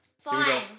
Fine